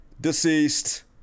deceased